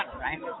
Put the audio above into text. right